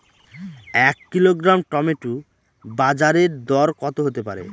এক kilogram tomato বাজের দরকত হতে পারে?